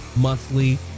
monthly